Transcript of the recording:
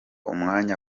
umwanya